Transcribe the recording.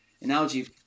analogy